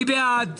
מה ההבדל?